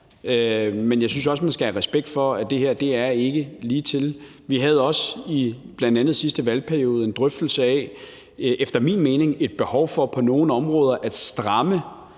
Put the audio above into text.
Men jeg synes også, man skal have respekt for, at det her ikke er ligetil. Vi havde også bl.a. i sidste valgperiode en drøftelse af, at der efter min mening er et behov for på nogle områder at stramme